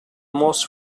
most